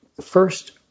First